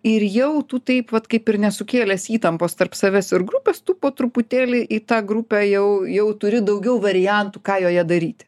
ir jau tu taip vat kaip ir nesukėlęs įtampos tarp savęs ir grupės tu po truputėlį į tą grupę jau jau turi daugiau variantų ką joje daryti